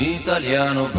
italiano